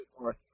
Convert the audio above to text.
north